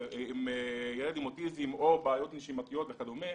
לילד עם אוטיזם או בעיות נשימתיות וכדומה,